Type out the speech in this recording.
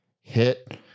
hit